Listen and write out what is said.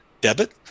debit